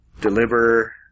deliver